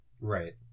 Right